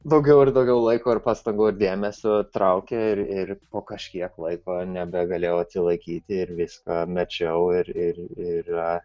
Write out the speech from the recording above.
daugiau ir daugiau laiko ir pastangų dėmesio traukė ir ir po kažkiek laiko nebegalėjau atsilaikyti ir viską mečiau ir ir ir